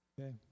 Okay